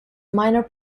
minor